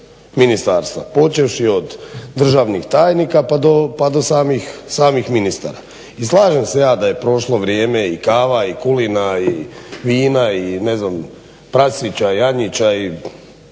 ministarstva. Počevši od državnih tajnika pa do samih ministara. I slažem se ja da je prošlo vrijeme i kava i kulena i vina i ne znam prasića, janjića i